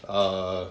err